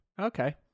Okay